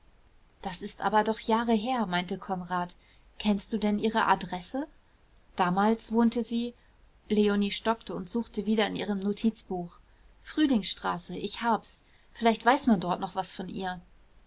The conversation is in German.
das ist aber doch jahre her meinte konrad kennst du denn ihre adresse damals wohnte sie leonie stockte und suchte wieder in ihrem notizbuch frühlingsstraße ich hab's vielleicht weiß man dort noch was von ihr